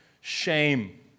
shame